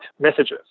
messages